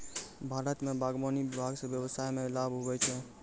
भारत मे बागवानी विभाग से व्यबसाय मे लाभ हुवै छै